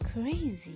crazy